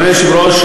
אדוני היושב-ראש,